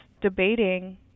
debating